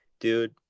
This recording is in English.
dude